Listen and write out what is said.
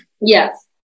Yes